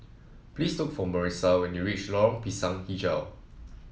please look for Marisa when you reach Lorong Pisang hijau